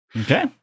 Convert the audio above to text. Okay